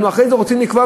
אנחנו אחרי זה רוצים לקבוע,